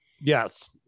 Yes